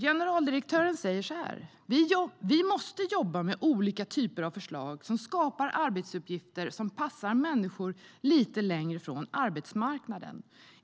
Generaldirektören säger: Vi måste jobba med olika typer av förslag som skapar arbetsuppgifter som passar människor lite längre från arbetsmarknaden.